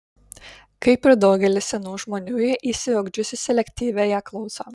kaip ir daugelis senų žmonių ji išsiugdžiusi selektyviąją klausą